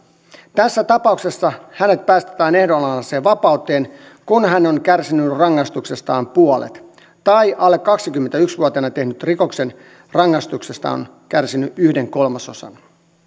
tässä tapauksessa hänet päästetään ehdonalaiseen vapauteen kun hän on kärsinyt rangaistuksestaan puolet tai alle kaksikymmentäyksi vuotiaana tehdyn rikoksen rangaistuksesta yhden kolmasosan